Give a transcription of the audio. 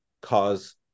cause